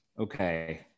Okay